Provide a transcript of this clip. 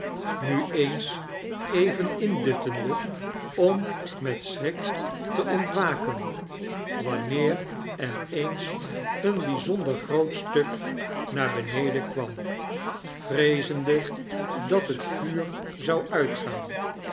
nu eens even induttende om met schrik te ontwaken wanheer er eens een bijzonder groot stuk naar beneden kwam vreezende dat het vuur zou uitgaan